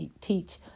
teach